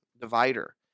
divider